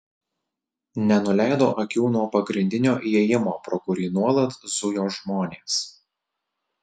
nenuleido akių nuo pagrindinio įėjimo pro kurį nuolat zujo žmonės